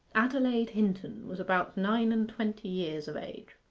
adelaide hinton was about nine-and-twenty years of age.